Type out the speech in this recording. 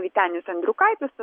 vytenis andriukaitis